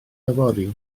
yfory